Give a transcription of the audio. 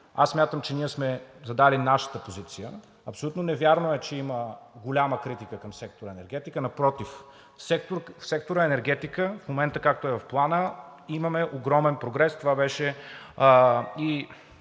аз смятам, че ние сме задали нашата позиция. Абсолютно невярно е, че има голяма критика към сектор „Енергетика“. Напротив, в сектор „Енергетика“ в момента, както е в Плана, има огромен прогрес. Това беше и